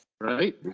Right